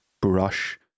brush